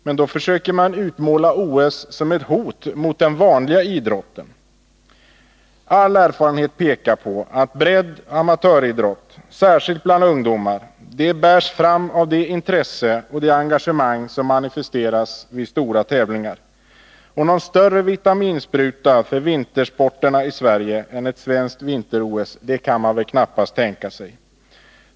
Men då försöker man utmåla OS som ett hot mot den vanliga idrotten. All erfarenhet pekar på att breddoch amatöridrott. särskilt bland ungdomar, bärs fram av det intresse och engagemang som manifesteras vid stora tävlingar. Någon större vitaminspruta för vintersporterna i Sverige än terspel i Sverige år 1988 ett svenskt vinter-OS kan man väl knappast tänka sig.